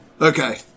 Okay